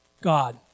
God